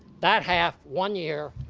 that half one year,